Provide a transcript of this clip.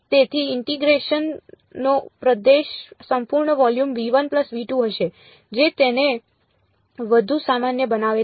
તેથી ઇન્ટીગ્રેશન નો પ્રદેશ સંપૂર્ણ વોલ્યુમ હશે જે તેને વધુ સામાન્ય બનાવે છે